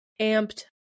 amped